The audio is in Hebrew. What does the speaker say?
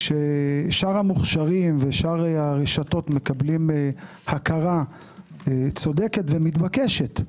כששאר המוכשרים ושאר הרשתות מקבלים הכרה צודקת ומתבקשת,